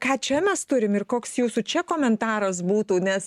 ką čia mes turim ir koks jūsų čia komentaras būtų nes